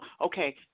okay